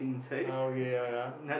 ah okay ya ya